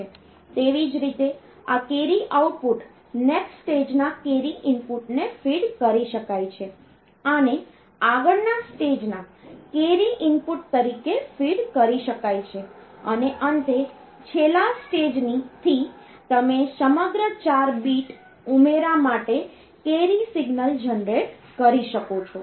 તેવી જ રીતે આ કેરી આઉટપુટ નેક્સ્ટ સ્ટેજના કેરી ઈનપુટને ફીડ કરી શકાય છે આને આગળના સ્ટેજના કેરી ઈનપુટ તરીકે ફીડ કરી શકાય છે અને અંતે છેલ્લા સ્ટેજથી તમે સમગ્ર 4 બીટ ઉમેરા માટે કેરી સિગ્નલ જનરેટ કરી શકો છો